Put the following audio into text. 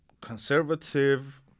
conservative